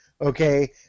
Okay